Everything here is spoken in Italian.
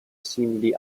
simili